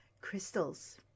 crystals